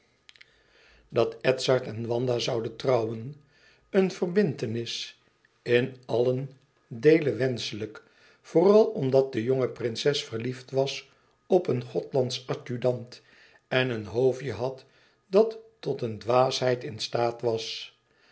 dat edzard en wanda zouden trouwen een verbintenis in allen deele wenschelijk vooral omdat de jonge prinses verliefd was op een gothlandsch adjudant en een hoofdje had dat tot een dwaasheid in staat was